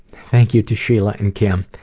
thank you to sheila and kim,